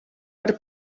per